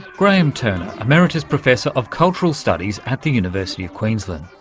graeme turner, emeritus professor of cultural studies at the university of queensland.